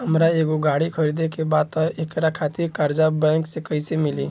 हमरा एगो गाड़ी खरीदे के बा त एकरा खातिर कर्जा बैंक से कईसे मिली?